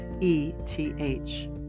E-T-H